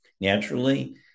Naturally